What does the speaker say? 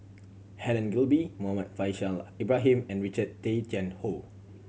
Helen Gilbey Muhammad Faishal Ibrahim and Richard Tay Tian Hoe